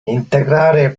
integrare